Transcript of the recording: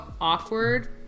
Awkward